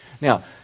Now